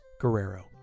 Guerrero